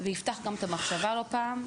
ויפתח גם את המחשבה לא פעם.